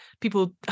people